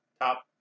top